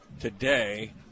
today